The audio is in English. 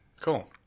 Cool